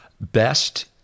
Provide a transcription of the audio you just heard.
Best